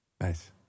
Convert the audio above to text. nice